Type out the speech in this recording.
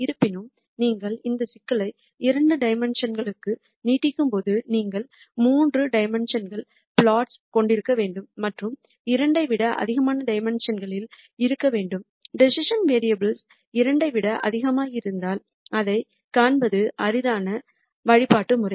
இருப்பினும் நீங்கள் இந்த சிக்கலை இரண்டு டைமென்ஷுன் களுக்கு நீட்டிக்கும்போது நீங்கள் 3 டைமென்ஷுன் பிளாட்களைக் கொண்டிருக்க வேண்டும் மற்றும் 2 ஐ விட அதிகமான டைமென்ஷுன்களில் இருக்க வேண்டும் டிசிசன் வேரியபுல்கள் 2 ஐ விட அதிகமாக இருந்தால் அதைக் காண்பது அரிதான வழிபாட்டு முறை